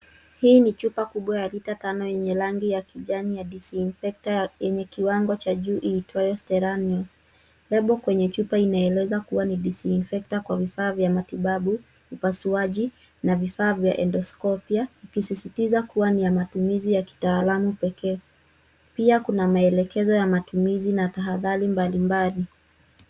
Hii ni chupa kubwa ya lita tano yenye rangi ya kijani ya disinfectant yenye kiwango cha juu iitwayo STERANIOS. Lebo kwenye chupa inaeleza kua ni disinfectant kwa vifaa vya matibabu, upasuaji na vifaa vya endoscopy ikisisitiza kua ni ya matumizi ya kitaalamu pekee. Pia kuna maelekezo ya matumizi na tahadhari mbalimbali.